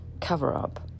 cover-up